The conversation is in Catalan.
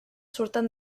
surten